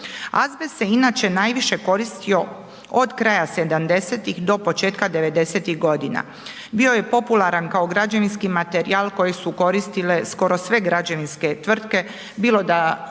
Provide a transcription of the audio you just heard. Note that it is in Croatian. Azbest se inače najviše koristio od kraja 70-ih do početka 90-ih godina. Bio je popularan kao građevinski materijal koji su koristile skoro sve građevinske tvrtke, bilo da